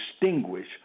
distinguish